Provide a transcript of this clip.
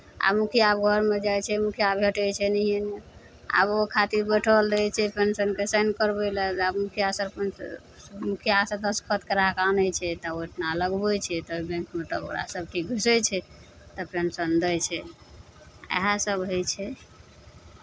आ मुखिया घरमे जाइ छै मुखिया भेटै छै नहिए ने आब ओहि खातिर बैठल रहै छै पेंशनके साइन करबै लए जे आब मुखिया सरपञ्च मुखियासँ दस्तखत करा कऽ आनै छै तऽ ओहि ठिना लगबै छै तऽ बैंकमे तब ओकरा सभकिछु घुसै छै तऽ पेंशन दै छै इएहसभ होइ छै